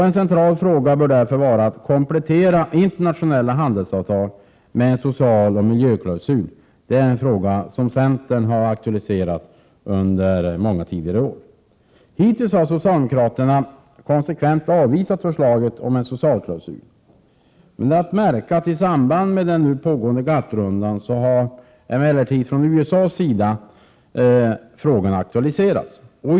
En central fråga bör därför vara att komplettera internationella handelsavtal med en socialoch miljöklausul. Det är en fråga som centern aktualiserat många gånger tidigare. Hittills har socialdemokraterna konsekvent avvisat förslaget om en socialklausul. I samband med den nu pågående GATT-rundan har man emellertid från USA:s sida aktualiserat frågan.